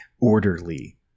orderly